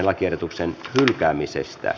lakiehdotuksen hylkäämisestä